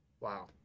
Wow